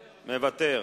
מוותר.